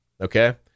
okay